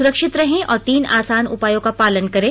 सुरक्षित रहें और तीन आसान उपायों का पालन करें